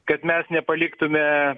kad mes nepaliktume